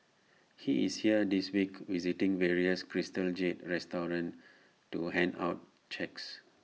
he is here this week visiting various crystal jade restaurants to hand out checks